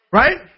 right